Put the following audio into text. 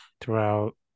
throughout